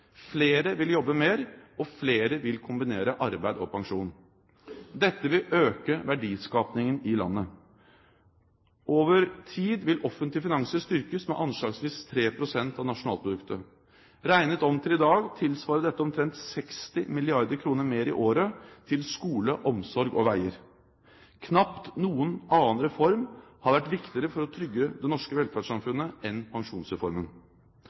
Flere vil jobbe mer, og flere vil kombinere arbeid og pensjon. Dette vil øke verdiskapingen i landet. Over tid vil offentlige finanser styrkes med anslagsvis 3 pst. av nasjonalproduktet. Regnet om til i dag tilsvarer dette omtrent 60 mrd. kr mer i året til skole, omsorg og veier. Knapt noen annen reform har vært viktigere for å trygge det norske velferdssamfunnet enn pensjonsreformen.